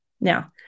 Now